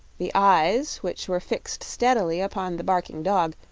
the eyes, which were fixed steadily upon the barking dog,